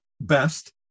best